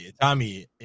Tommy